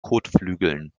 kotflügeln